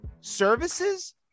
services